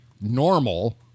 normal